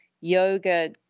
yoga